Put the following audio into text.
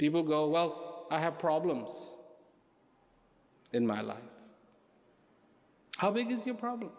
people go well i have problems in my life how big is your prob